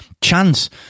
chance